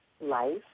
life